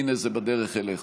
הינה, זה בדרך אליך.